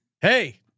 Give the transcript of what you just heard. Hey